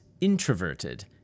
introverted